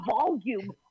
volume